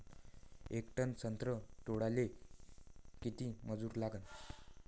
येक टन संत्रे तोडाले किती मजूर लागन?